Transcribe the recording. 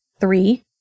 Three